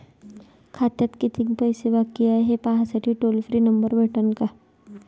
खात्यात कितीकं पैसे बाकी हाय, हे पाहासाठी टोल फ्री नंबर भेटन का?